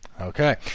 Okay